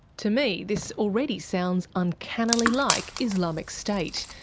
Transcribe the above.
to me, this already sounds uncannily like islamic state,